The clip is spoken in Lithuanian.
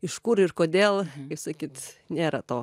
iš kur ir kodėl kaip sakyt nėra to